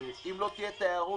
אם לא תהיה תיירות,